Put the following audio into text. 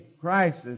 crisis